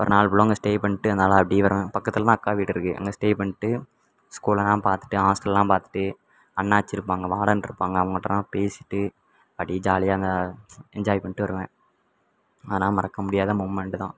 ஒரு நாள் ஃபுல்லும் அங்கே ஸ்டே பண்ணிட்டு அதனால் அப்படியே வருவேன் பக்கத்தில்தான் அக்கா வீடு இருக்குது அங்கே ஸ்டே பண்ணிட்டு ஸ்கூலெல்லாம் பார்த்துட்டு ஹாஸ்டலெல்லாம் பார்த்துட்டு அண்ணாச்சி இருப்பாங்க வாடனிருப்பாங்க அவங்ககிட்டலாம் பேசிவிட்டு அப்படியே ஜாலியாக அங்கே என்ஜாய் பண்ணிட்டு வருவேன் அதெல்லாம் மறக்க முடியாத மொமெண்ட்டு தான்